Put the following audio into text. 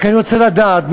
אני רק רוצה לדעת,